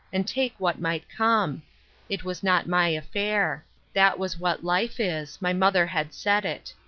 and take what might come it was not my affair that was what life is my mother had said it.